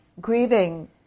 grieving